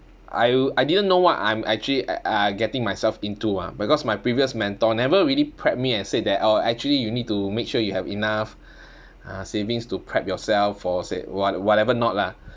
I w~ I didn't know what I'm actually uh uh getting myself into ah because my previous mentor never really prep me and said that oh actually you need to make sure you have enough ah savings to prep yourself for s~ what whatever not lah